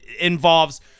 involves